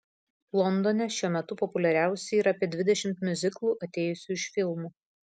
londone šiuo metu populiariausi yra apie dvidešimt miuziklų atėjusių iš filmų